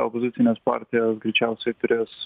opozicinės partijos greičiausiai turės